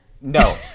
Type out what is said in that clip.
no